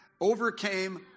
overcame